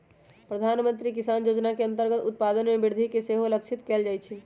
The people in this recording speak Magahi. प्रधानमंत्री किसान जोजना के अंतर्गत उत्पादन में वृद्धि के सेहो लक्षित कएल जाइ छै